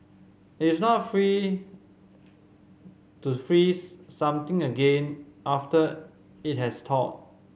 it is not free to freeze something again after it has thawed